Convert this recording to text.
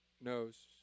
knows